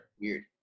Weird